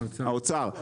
האוצר.